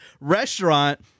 restaurant